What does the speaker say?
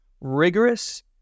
rigorous